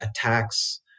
attacks